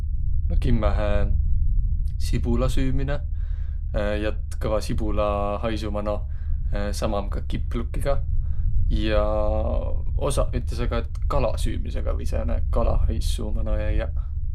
No kimmähe sibula süümine jätt kõva sibulahaisu mano. Sam om ka kiplukiga. Ja osaq ütleseq ka, et kala süümisega või sääne kalahais suu mano jäiäq.